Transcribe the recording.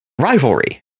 rivalry